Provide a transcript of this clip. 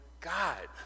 God